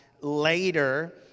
later